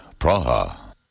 Praha